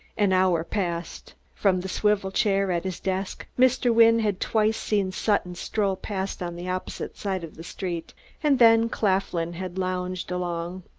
an hour passed. from the swivel chair at his desk mr. wynne had twice seen sutton stroll past on the opposite side of the street and then claflin had lounged along.